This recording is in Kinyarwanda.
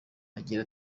agira